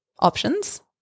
Options